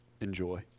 Enjoy